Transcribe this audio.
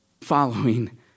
following